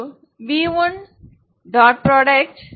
v1 v1